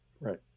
Right